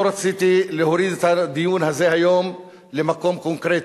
לא רציתי להוריד את הדיון הזה היום למקום קונקרטי,